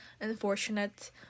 unfortunate